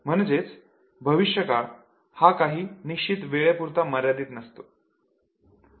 म्हणजेच भविष्यकाळ हा काही निश्चित वेळे पुरता मर्यादित नसतो